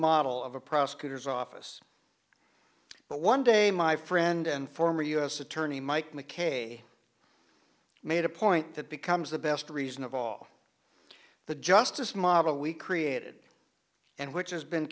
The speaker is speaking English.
model of a prosecutor's office but one day my friend and former us attorney mike mckay made a point that becomes the best reason of all the justice model we created and which has been